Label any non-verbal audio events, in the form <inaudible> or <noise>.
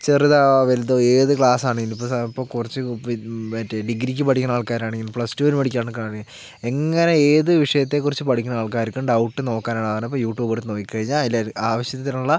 ചെറുതാണോ വലുതോ ഏത് ക്ലാസാണെങ്കിലും ഇപ്പോൾ ഇപ്പോൾ കുറച്ച് <unintelligible> മറ്റേ ഡിഗ്രിക്ക് പഠിക്കുന്ന ആൾക്കാരാണെങ്കിലും പ്ലസ് ടുവിന് പഠിക്കുന്ന ആൾക്കാരാണെങ്കിലും എങ്ങനെ ഏത് വിഷയത്തെക്കുറിച്ച് പഠിക്കുന്ന ആൾക്കാർക്കും ഡൗട്ട് നോക്കാനാണ് ഇപ്പോൾ യൂട്യൂബ് എടുത്ത് നോക്കി കഴിഞ്ഞാൽ അതിൽ ആവശ്യത്തിനുള്ള